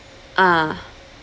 ah